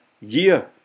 year